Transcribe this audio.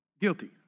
Guilty